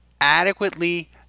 adequately